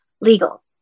legal